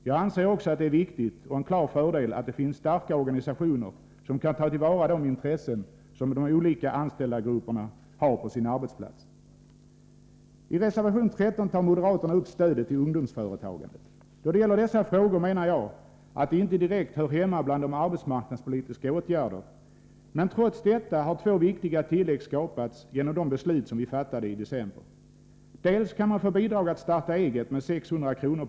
Jag menar också att det är viktigt och en klar fördel att det finns starka organisationer som kan ta till vara de intressen som de olika grupperna av anställda har på sin arbetsplats. I reservation 13 tar moderaterna upp stödet till ungdomsföretagande. Enligt min mening hör dessa frågor inte direkt hemma bland arbetsmarknadspolitiska åtgärder, men trots detta har två viktiga tillägg skapats genom de beslut som vi fattade i december. Dels kan man få bidrag för att starta eget med 600 kr.